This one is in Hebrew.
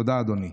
תודה, אדוני.